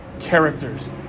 characters